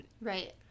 right